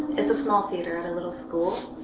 it's a small theater at a little school,